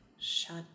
Shut